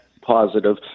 positive